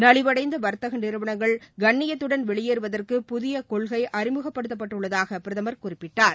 நலிவடைந்த வர்த்தக நிறுவனங்கள் கண்ணியத்தடன் வெளியேறுவதற்கு புதிய கொள்கை அறிமுகப்படுத்தப்பட்டள்ளதாக பிரதமர் குறிப்பிட்டார்